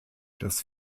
das